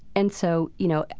and so, you know,